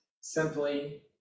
simply